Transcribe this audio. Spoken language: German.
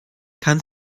kann